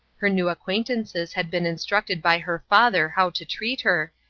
her new acquaintances had been instructed by her father how to treat her,